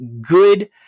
good –